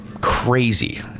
crazy